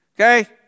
Okay